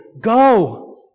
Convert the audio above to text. go